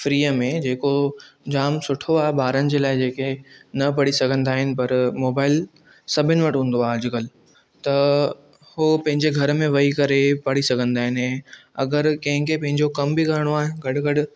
फ़्रअ में जेको जाम सुठो आहे ॿारनि जे लाइ जेके न पढ़ी सघंदा आहिनि पर मोबाइल सभिनी वटि हूंदो आहे अॼुकल्ह त हू पंहिंजे घर में वही करे पढ़ी सघंदा आहिनि हे अगरि कंहिं खे पंहिंजो कमु बि करणो आहे गॾु गॾु